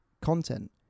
content